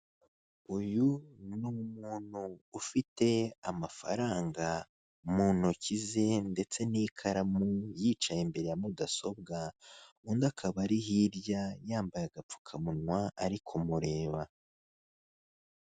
Uyu ni umuntu ufite amafaranga mu ntoki ze ndetse n'ikaramu yicaye imbere ya mudasobwa, undi akaba ari hirya yambaye agapfukamunwa ari kumureba.